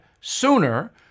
sooner